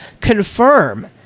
confirm